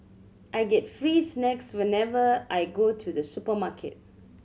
I get free snacks whenever I go to the supermarket